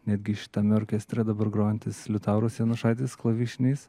netgi štame orkestrą dabar grojantis liutauras janušaitis klavišiniais